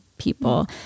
People